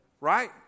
right